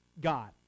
God